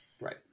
Right